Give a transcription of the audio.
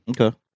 Okay